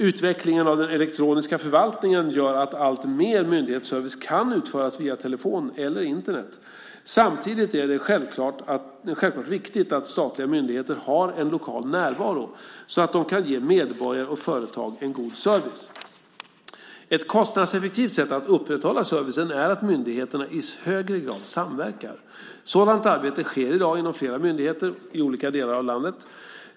Utvecklingen av den elektroniska förvaltningen gör att alltmer myndighetsservice kan utföras via telefon eller Internet. Samtidigt är det självklart viktigt att statliga myndigheter har en lokal närvaro så att de kan ge medborgare och företag en god service. Ett kostnadseffektivt sätt att upprätthålla servicen är att myndigheterna i högre grad samverkar. Sådant arbete sker i dag inom flera myndigheter i olika delar av landet.